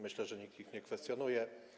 Myślę, że nikt ich nie kwestionuje.